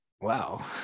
wow